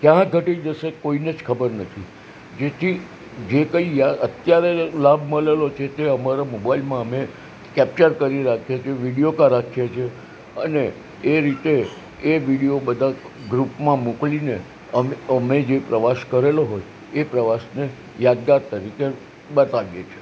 ક્યાં ઘટી જશે કોઈને જ ખબર નથી જેથી જે કંઈ અત્યારે લાભ મળેલો છે તે અમારા મોબાઈલમાં અમે કેપ્ચર કરી રાખીએ છે વિડીઓમાં રાખીએ છે અને એ રીતે એ વિડિયો બધા ગ્રૂપમાં મોકલીને અમે જે પ્રવાસ કરેલો હોય એ પ્રવાસને યાદગાર તરીકે બતાવીએ છીએ